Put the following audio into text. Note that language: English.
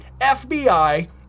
FBI